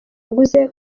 yaguze